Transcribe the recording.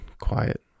quiet